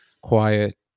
quiet